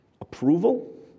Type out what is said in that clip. approval